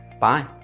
Bye